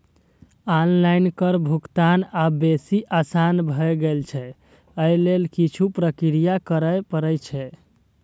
online कर भुगतान आब बेसी आसान भए गेल छै, अय लेल किछु प्रक्रिया करय पड़ै छै